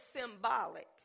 symbolic